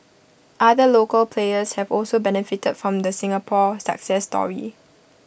other local players have also benefited from the Singapore success story